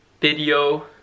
video